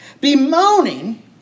Bemoaning